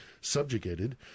subjugated